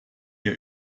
ihr